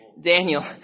Daniel